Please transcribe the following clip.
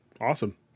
awesome